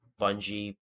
Bungie